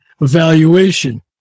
evaluation